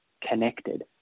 connected